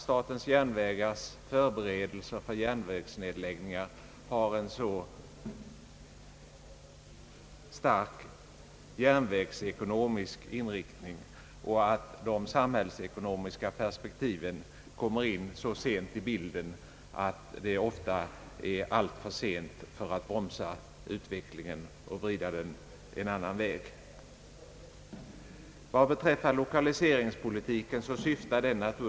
Statens järnvägars förberedelser för järnvägsnedläggningar har en så stark järnvägsekonomisk inriktning och de samhällsekonomiska perspektiven kommer in så sent i bilden, att det ofta är för sent att vrida in utvecklingen på en annan väg.